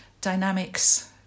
dynamics